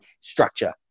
structure